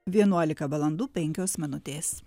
vienuolika valandų penkios minutės